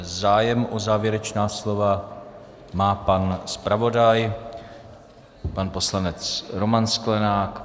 Zájem o závěrečná slova má pan zpravodaj, pan poslanec Roman Sklenák.